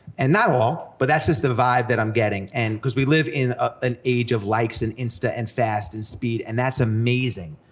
and not all, but that's just the vibe that i'm getting, and cause we live in an age of likes and insta and fast and speed, and that's amazing.